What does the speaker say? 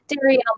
dairy